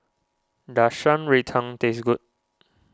does Shan Rui Tang taste good